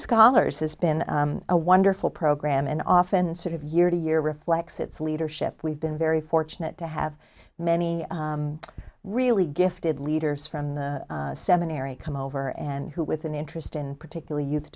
scholars has been a wonderful program and often sort of year to year reflects its leadership we've been very fortunate to have many really gifted leaders from the seminary come over and who with an interest in particularly youth